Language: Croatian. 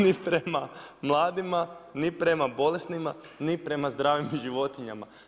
Ni prema mladima, ni prema bolesnima ni prema zdravim životinjama.